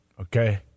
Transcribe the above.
Okay